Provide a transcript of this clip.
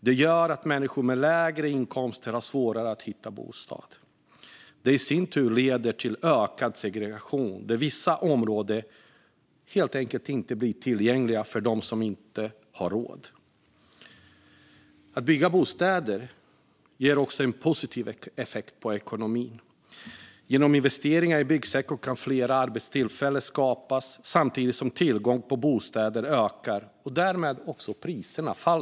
Det gör att människor med lägre inkomster har svårare att hitta bostad. Det leder i sin tur till ökad segregation. Vissa områden blir helt enkelt inte tillgängliga för dem som inte har råd. Att bygga bostäder ger också en positiv effekt på ekonomin. Genom investeringar i byggsektorn kan fler arbetstillfällen skapas samtidigt som tillgången på bostäder ökar. Därmed faller också priserna.